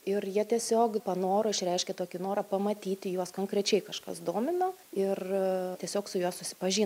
ir jie tiesiog panoro išreiškė tokį norą pamatyti juos konkrečiai kažkas domina ir tiesiog su juo susipažino